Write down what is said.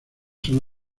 son